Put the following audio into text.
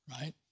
right